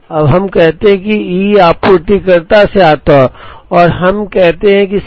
अब हम कहते हैं कि E आपूर्तिकर्ता से आता है और हमें कहते हैं सी